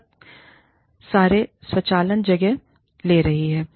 बहुत सारे स्वचालन जगह ले ली है